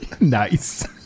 Nice